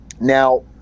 now